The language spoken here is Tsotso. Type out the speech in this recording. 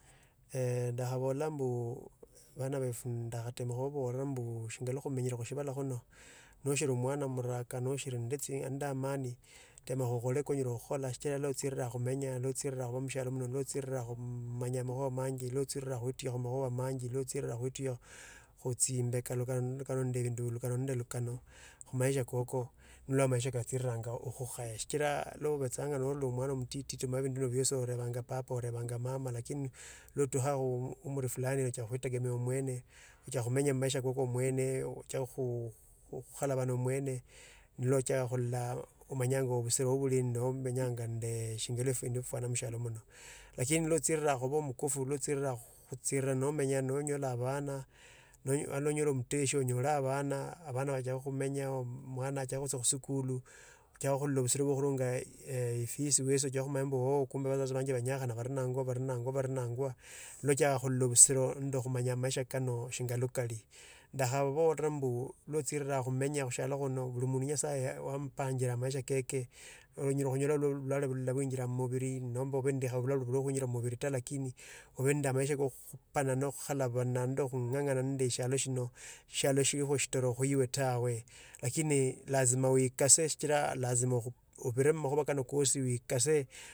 eeh ndakhabola mbu bana befwe ndakhatama khubabolela mbu shia ndi khumenyele msibala mno noshili mwana mrakani nashiri nende amani temakho khukhola koonyala khukhola sichira nocholila khumenya nochirira khuba mshere nochirira khumakhuwa manji nochirira khutilila muchimbeka katanende lukano khumasha koko ndio maisha kachiriranga ukhukhaya sichila nobechanga nobe mwana mutiti mala bindhu biliole orhepanga papa orhepanga mama lakini lotu hao o o omuri fulani neochaka kautegemea omwene ochakha khumenya maisha kako omwene ochaka khukhalabana mwene noochia khula omanya busino buli bindu bilio mshialo mno lakini noohira khuba mkofu nohirira khumenya noonyala bana noonyola mteshi noonyola bana abana bachiake khumenya mwana achiake khucha esikuli ochake khulala msiro bwa khurunga eeh ofisi yosi ochake khumenya kumbe basasi banje banyakhana bandi anangwa bandi nangwa noochakha khulola busino bwa maisha kano shingali kali ndakhabobala mbu nochirita khumenya mshialo mno muli mundu nyasaye yampangilia maisha keke onyola khunyola bilalo binjila mubili nomba ube ni bilabo bikhaye khounjiba mubili lakini ube nende maisha ka kukhalabana khungangana nende shialo shino shialo shilikho shitoro khuuwe tawe lakini lazima uikase sikila lazima khu ubirire mmakhuwa kano kosi uikase.